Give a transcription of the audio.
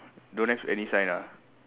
don't have any sign ah